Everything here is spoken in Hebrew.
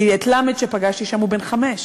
כי ל' שפגשתי שם, הוא בן חמש,